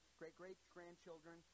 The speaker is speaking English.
great-great-grandchildren